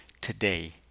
today